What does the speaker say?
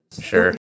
Sure